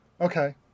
Okay